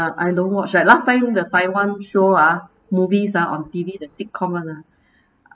I don't watch like last time the taiwan show ah movies ah on T_V the sitcom [one] ah